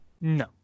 No